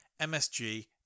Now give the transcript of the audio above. MSG